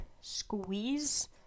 squeeze